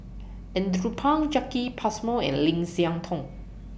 Andrew Phang Jacki Passmore and Lim Siah Tong